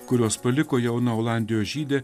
kuriuos paliko jauna olandijos žydė